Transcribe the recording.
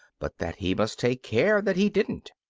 but that he must take care that he didn't.